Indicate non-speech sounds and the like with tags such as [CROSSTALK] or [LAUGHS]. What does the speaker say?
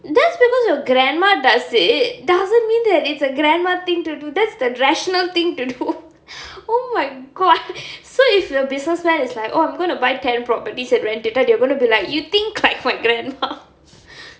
that's because your grandma does it doesn't mean that it's a grandma thing to do that's the rational thing to do [LAUGHS] oh my god so if the businessman is like oh I'm gonna buy ten properties and rent it out you are going to be like you think like my grandma